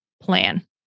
plan